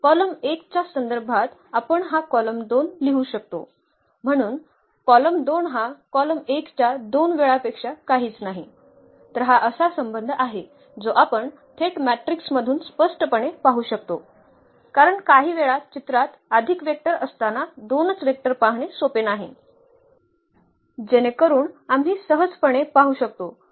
column १ च्या संदर्भात आपण हा कॉलम २ लिहू शकतो म्हणून कॉलम २ हा कॉलम १ च्या दोन वेळापेक्षा काहीच नाही तर हा असा संबंध आहे जो आपण थेट मॅट्रिक्स मधूनच स्पष्टपणे पाहू शकतो कारण काहीवेळा चित्रात अधिकवेक्टर असताना दोनच वेक्टर पाहणे सोपे नाही जेणेकरून आम्ही सहजपणे पाहू शकतो